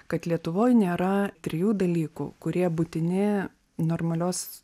kad lietuvoj nėra trijų dalykų kurie būtini normalios